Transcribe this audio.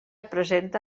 presenta